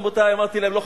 אמרתי להם: רבותי,